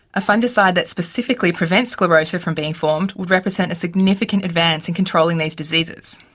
a fungicide that specifically prevents sclerotia from being formed would represent a significant advance in controlling these diseases.